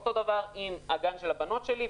אותו הדבר עם הגן של הבנות שלי,